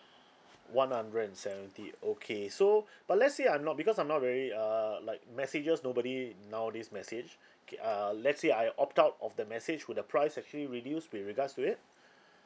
one hundred and seventy okay so but let's say I'm not because I'm not very err like messages nobody nowadays message okay uh let's say I opt out of the message would the price actually reduce with regards to it